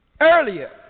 earlier